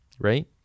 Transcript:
right